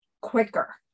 quicker